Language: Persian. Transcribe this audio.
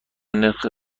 نرخ